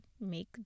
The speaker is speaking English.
make